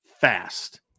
fast